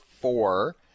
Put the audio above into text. four